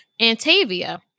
Antavia